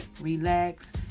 relax